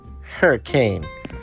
Hurricane